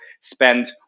spend